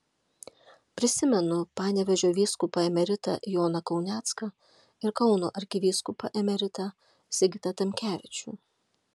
prisimenu panevėžio vyskupą emeritą joną kaunecką ir kauno arkivyskupą emeritą sigitą tamkevičių